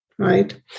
Right